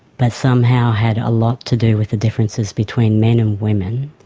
but somehow had a lot to do with the differences between men and woman.